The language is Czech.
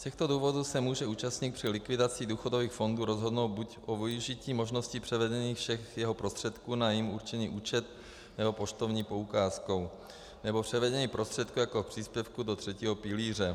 Z těchto důvodů se může účastník při likvidaci důchodových fondů rozhodnout buď o využití možnosti převedení všech jeho prostředků na jím určený účet nebo poštovní poukázkou, nebo převedení prostředků jako příspěvku do třetího pilíře.